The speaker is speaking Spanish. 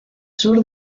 sur